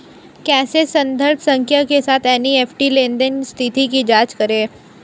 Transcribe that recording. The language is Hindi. कैसे संदर्भ संख्या के साथ एन.ई.एफ.टी लेनदेन स्थिति की जांच करें?